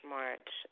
March